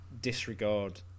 disregard